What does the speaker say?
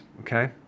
okay